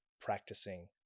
practicing